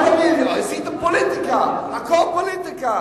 אל תביאי לי: עשיתם פוליטיקה, הכול פוליטיקה.